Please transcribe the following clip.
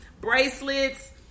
bracelets